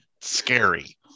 scary